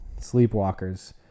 sleepwalkers